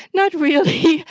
not really.